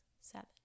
seven